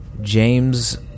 James